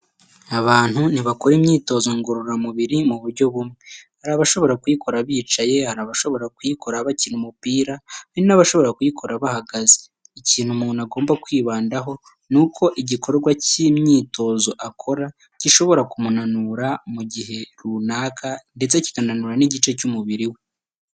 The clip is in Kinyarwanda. Abantu ntibakora imyitozo ngororamubiri mu buryo bumwe. Hari abashobora kuyikora bicaye, hari n'abashobora kuyikora bakina umupira, hari nabashobora kuyikora bahagaze. Ikintu umuntu agomba kwibandaho ni uko igikorwa cy'imyitozo akora gishobora kumunanura mu gihe runaka, ndetse kikananura igice cy'umubiri we.